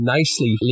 Nicely